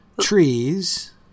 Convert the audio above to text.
Trees